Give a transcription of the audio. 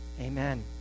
Amen